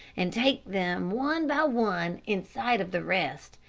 and take them one by one in sight of the rest,